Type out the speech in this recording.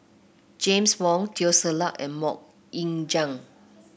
James Wong Teo Ser Luck and MoK Ying Jang